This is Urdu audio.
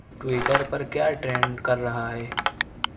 ٹویٹر پر کیا ٹرینڈ کر رہا ہے